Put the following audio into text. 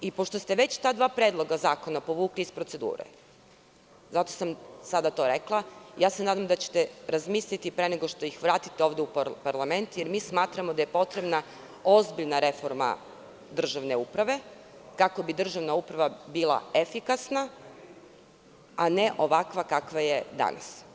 Pošto ste već ta dva predloga zakona povukli iz procedure, zato sam sada to rekla, nadam se da ćete razmisliti pre nego što ih vratite ovde u parlament, jer smatramo da je potrebna ozbiljna reforma državne uprave kako bi državna uprava bila efikasna, a ne ovakva kakva je danas.